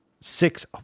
Six